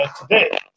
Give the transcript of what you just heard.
today